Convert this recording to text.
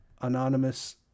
anonymous